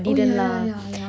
oh yeah yeah yeah yeah